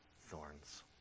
thorns